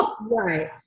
Right